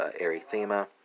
erythema